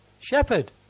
Shepherd